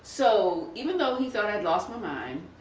so even though he thought i had lost my mind,